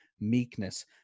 meekness